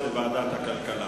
נתקבלה.